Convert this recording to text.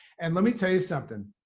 and let me tell you something.